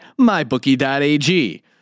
MyBookie.ag